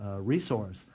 resource